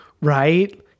right